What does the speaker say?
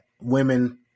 women